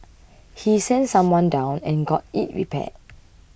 he sent someone down and got it repaired